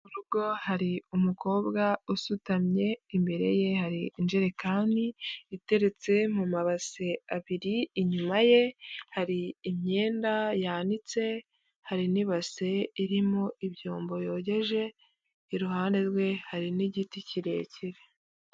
Mu rugo hari umukobwa usutamye imbere ye hari injerekani iteretse mu mabase abiri. Inyuma ye hari imyenda yanitse, hari n'ibase irimo ibyombo yogeje. Iruhande rwe hari n'igiti kirekire.